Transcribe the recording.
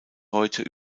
heute